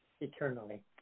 eternally